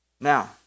Now